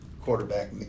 quarterback